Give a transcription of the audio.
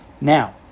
Now